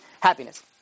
happiness